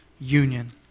union